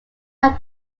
like